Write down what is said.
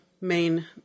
main